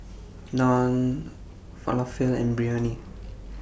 Naan Falafel and Biryani